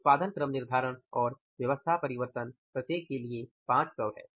उत्पादन क्रम निर्धारण और व्यवस्था परिवर्तन प्रत्येक के लिए 500 है